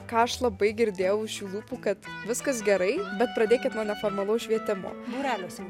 ką aš labai girdėjau iš jų lūpų kad viskas gerai bet pradėkit nuo neformalaus švietimo būreliuose